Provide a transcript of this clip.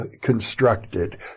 constructed